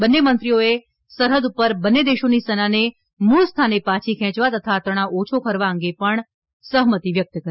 બંન્ને મંત્રીઓએ સરહદ પર બંન્ને દેશોની સેનાને મૂળ સ્થાને પાછી ખેંચવા તથા તણાવ ઓછો કરવા અંગે પણ સહમતી વ્યકત કરી